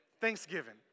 thanksgiving